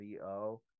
vo